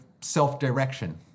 self-direction